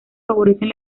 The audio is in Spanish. favorecen